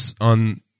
on